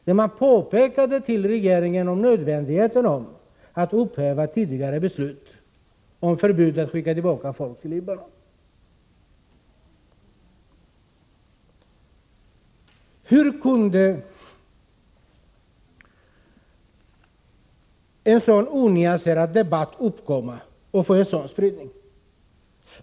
Verket påpekade för regeringen nödvändigheten av att man upphävde tidigare beslut om förbud mot att skicka tillbaka folk till Libanon. Hur kunde en så onyanserad debatt uppkomma och få en sådan spridning?